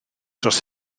dros